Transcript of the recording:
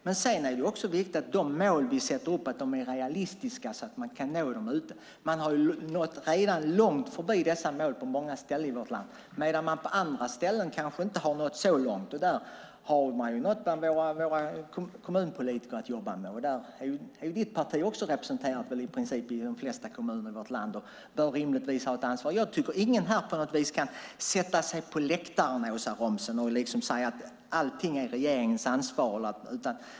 Det är också viktigt att de mål som vi sätter upp är realistiska så att det går att nå dem. Man har nått redan långt förbi dessa mål på många ställen i vårt land, medan andra kanske inte har nått så långt. Där har våra kommunpolitiker någonting att jobba med. Ditt parti, Åsa Romson, är representerat i de flesta kommuner i vårt land och bör rimligtvis ha ett ansvar. Ingen kan på något vis sätta sig på läktaren, Åsa Romson, och säga att allting är regeringens ansvar.